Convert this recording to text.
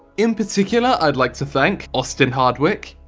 in particular, i'd like to thank austin hardwicke,